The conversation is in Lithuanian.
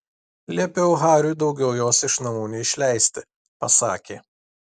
liepiau hariui daugiau jos iš namų neišleisti pasakė